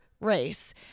race